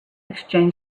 exchanged